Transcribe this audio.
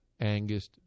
Angus